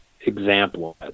example